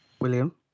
William